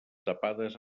tapades